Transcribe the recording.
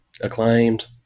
Acclaimed